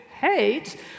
hate